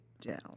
down